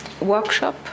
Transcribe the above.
workshop